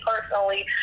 personally